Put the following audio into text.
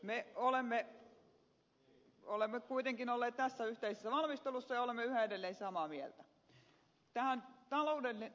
me olemme kuitenkin olleet tässä yhteisessä valmistelussa ja olemme yhä edelleen samaa mieltä